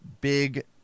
big